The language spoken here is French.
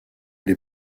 les